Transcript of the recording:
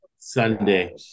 Sunday